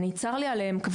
צר לי עליהם.